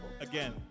Again